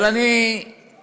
אבל אני הערתי,